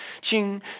ching